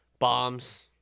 Bombs